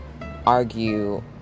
argue